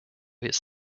his